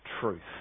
truth